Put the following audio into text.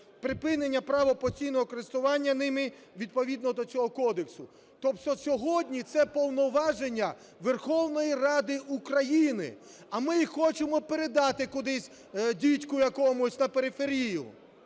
припинення права постійного користування ними відповідно до цього кодексу. Тобто сьогодні це повноваження Верховної Ради України. А ми їх хочемо передати кудись, дідьку якомусь на периферію.